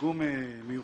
"פיגום מיוחד"?